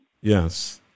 Yes